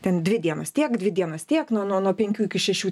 ten dvi dienos tiek dvi dienos tiek nuo nuo nuo penkių iki šešių